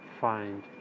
find